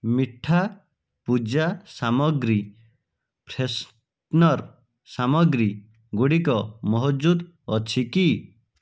ମିଠା ପୂଜା ସାମଗ୍ରୀ ଫ୍ରେସନର୍ ସାମଗ୍ରୀ ଗୁଡ଼ିକ ମହଜୁଦ ଅଛି କି